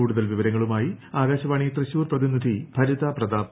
കൂടുതൽ വിവരങ്ങളുമായി ആകാശവാണി തൃശൂർ പ്രതിനിധി ഭരിത പ്രതാപ്